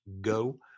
Go